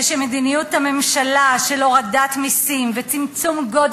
ושמדיניות הממשלה של הורדת מסים וצמצום הוצאות